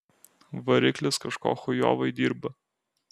variklis kažko chujovai dirba